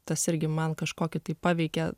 tas irgi man kažkokį tai paveikė